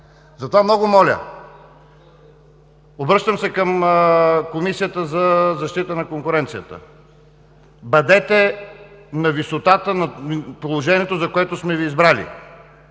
Затова много Ви моля, обръщам се към Комисията за защита на конкуренцията, бъдете на висотата на положението, за което сме Ви избрали.